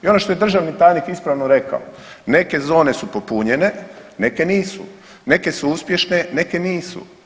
I ono što je državni tajnik ispravno rekao, neke zone su popunjene, neke nisu, neke su uspješne, neke nisu.